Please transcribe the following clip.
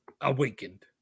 awakened